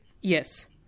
Yes